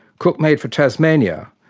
cook made for tasmania,